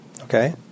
Okay